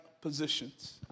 positions